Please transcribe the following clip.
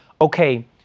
okay